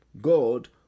God